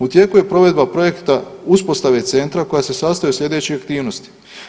U tijeku je provedba projekta uspostave Centra, koja se sastoji od sljedećih aktivnosti.